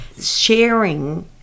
sharing